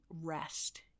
rest